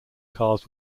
cars